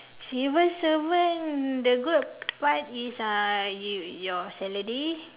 civil servant the good part is uh you your salary